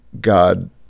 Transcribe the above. God